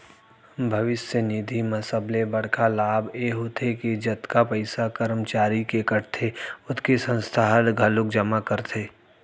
भविस्य निधि म सबले बड़का लाभ ए होथे के जतका पइसा करमचारी के कटथे ओतके संस्था ह घलोक जमा करथे